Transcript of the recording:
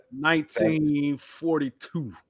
1942